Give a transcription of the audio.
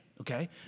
okay